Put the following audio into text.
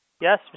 Yes